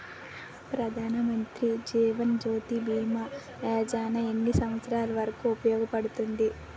ప్రధాన్ మంత్రి జీవన్ జ్యోతి భీమా యోజన ఎన్ని సంవత్సారాలు వరకు ఉపయోగపడుతుంది?